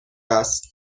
است